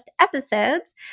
episodes